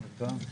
לתקנות.